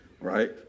right